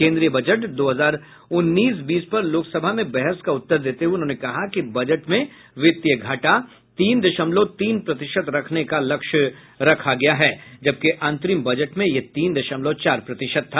केंद्रीय बजट दो हजार उन्नीस बीस पर लोकसभा में बहस का उत्तर देते हुए उन्होंने कहा कि बजट में वित्तीय घाटा तीन दशमलव तीन प्रतिशत रखने का लक्ष्य रखा गया है जबकि अंतरिम बजट में यह तीन दशमलव चार प्रतिशत था